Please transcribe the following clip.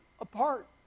apart